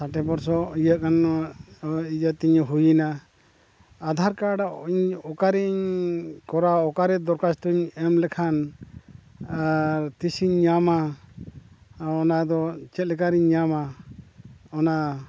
ᱥᱟᱴᱮ ᱵᱚᱨᱥᱚ ᱤᱭᱟᱹ ᱠᱟᱱᱟ ᱱᱚᱣᱟ ᱤᱭᱟᱹ ᱛᱤᱧ ᱦᱩᱭ ᱮᱱᱟ ᱟᱫᱷᱟᱨ ᱠᱟᱨᱰ ᱤᱧ ᱚᱠᱟ ᱨᱤᱧ ᱠᱚᱨᱟᱣ ᱚᱠᱟᱨᱮ ᱫᱚᱨᱠᱷᱟᱥᱛᱚᱧ ᱮᱢ ᱞᱮᱠᱷᱟᱱ ᱟᱨ ᱛᱤᱥᱤᱧ ᱧᱟᱢᱟ ᱚᱱᱟᱫᱚ ᱪᱮᱫ ᱞᱮᱠᱟᱨᱤᱧ ᱧᱟᱢᱟ ᱚᱱᱟ